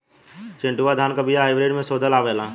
चिन्टूवा धान क बिया हाइब्रिड में शोधल आवेला?